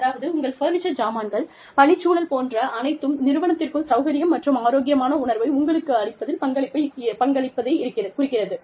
அதாவது உங்கள் ஃபர்னிச்சர் சாமான்கள் பணிச்சூழல் போன்ற அனைத்தும் நிறுவனத்திற்குள் சௌகரியம் மற்றும் ஆரோக்கியமான உணர்வை உங்களுக்கு அளிப்பதில் பங்களிப்பதைக் குறிக்கிறது